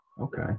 Okay